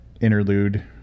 interlude